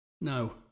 No